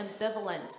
ambivalent